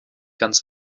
ganz